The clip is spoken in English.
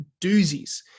doozies